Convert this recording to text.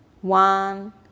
one